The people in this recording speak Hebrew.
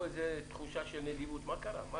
פה יש תחושה של נדיבות, מה קרה?